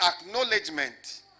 acknowledgement